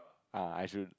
ah I should